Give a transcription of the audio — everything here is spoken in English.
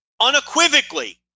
unequivocally